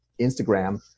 Instagram